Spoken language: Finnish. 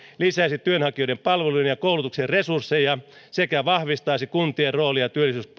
lisäisi työnhakijoiden palveluihin ja koulutukseen resursseja sekä vahvistaisi kuntien roolia